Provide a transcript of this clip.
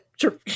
sure